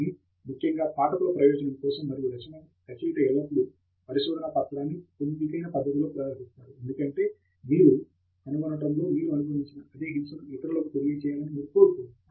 కానీ ముఖ్యంగా పాఠకుల ప్రయోజనం కోసం మరియు రచయిత ఎల్లప్పుడూ పరిశోధనా పత్రాన్ని పొందికైన పద్ధతిలో ప్రదర్శిస్తారు ఎందుకంటే మీరు మీరు కనుగొనడంలో మీరు అనుభవించిన అదే హింసను ఇతరులకు తెలియచేయాలని మీరు కోరుకోరు